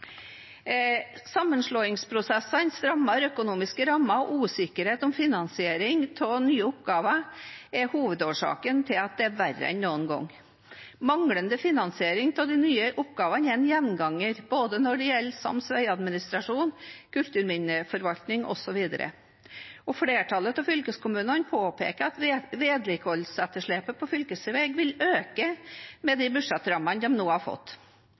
Sammenslåingsprosessene, strammere økonomiske rammer og usikkerhet om finansieringen av nye oppgaver er hovedårsakene til at det er verre enn noen gang. Manglende finansiering av de nye oppgavene er en gjenganger, både når det gjelder sams vegadministrasjon og kulturminneforvaltning, osv. Flertallet av fylkeskommunene påpeker at vedlikeholdsetterslepet på fylkesvei vil øke med de budsjettrammene de nå har fått.